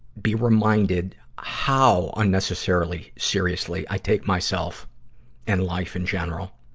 be reminded how unnecessarily seriously i take myself and life in general.